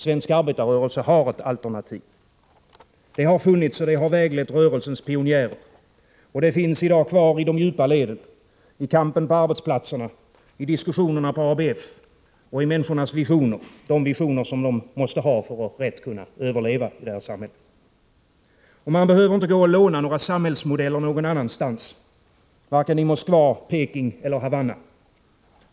Svensk arbetarrörelse har ett alternativ. Det har funnits och väglett rörelsens pionjärer, och det finns i dag kvar i de djupa leden, i kampen på arbetsplatserna, i diskussionerna på ABF och i människornas visioner, de visioner de måste ha för att rätt kunna överleva i det här samhället. Och man behöver inte gå och låna samhällsmodeller någon annanstans, varken i Moskva, Peking eller Havanna.